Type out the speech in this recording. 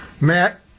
Matt